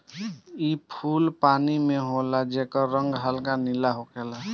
इ फूल पानी में होला जेकर रंग हल्का नीला होखेला